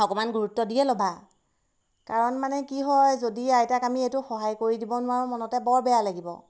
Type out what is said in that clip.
অকণমান গুৰুত্ব দিয়ে ল'বা কাৰণ মানে কি হয় যদি আইতাক আমি এইটো সহায় কৰি দিব নোৱাৰোঁ মনতে বৰ বেয়া লাগিব